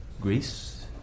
Greece